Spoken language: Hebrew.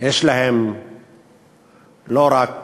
יש להם לא רק